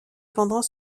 cependant